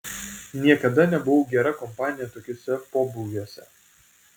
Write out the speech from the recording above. niekada nebuvau gera kompanija tokiuose pobūviuose